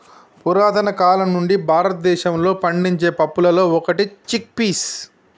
పురతన కాలం నుండి భారతదేశంలో పండించే పప్పులలో ఒకటి చిక్ పీస్